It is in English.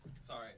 sorry